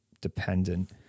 dependent